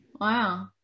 Wow